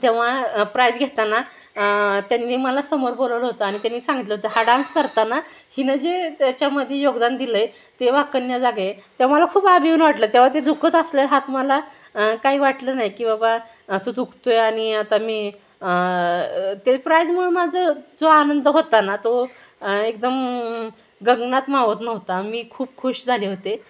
तेव्हा प्राईज घेताना त्यांनी मला समोर बोलवलं होतं आणि त्यांनी सांगितलं होतं हा डान्स करताना हीनं जे त्याच्यामध्ये योगदान दिलं आहे ते वाखाणण्याजोगं आहे तेव्हा मला खूप आभिमान वाटला तेव्हा ते दुखत असलेला हात मला काही वाटलं नाही की बाबा तो दुखतो आहे आणि आता मी ते प्राईजमुळे माझं जो आनंद होता ना तो एकदम गगनात मावत नव्हता मी खूप खुश झाले होते